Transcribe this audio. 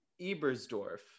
Ebersdorf